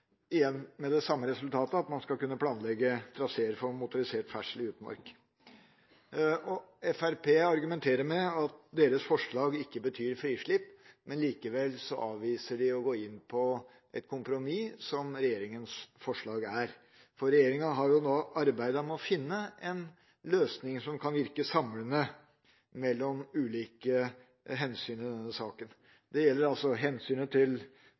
igjen med det samme resultatet: Man skal kunne planlegge traseer for motorisert ferdsel i utmark. Fremskrittspartiet argumenterer med at deres forslag ikke betyr frislipp. Likevel avviser de å gå inn på et kompromiss, som regjeringas forslag er. Regjeringa har nå arbeidet med å finne en løsning som kan virke samlende med hensyn